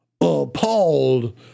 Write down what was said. Appalled